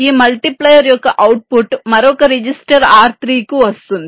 ఈ మల్టిప్లైర్ యొక్క అవుట్పుట్ మరొక రిజిస్టర్ R3 కు వస్తుంది